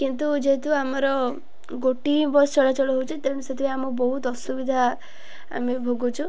କିନ୍ତୁ ଯେହେତୁ ଆମର ଗୋଟିଏ ବସ୍ ଚଳାଚଳ ହେଉଛି ତେଣୁ ସେଥିପାଇଁ ଆମ ବହୁତ ଅସୁବିଧା ଆମେ ଭୋଗୁଛୁ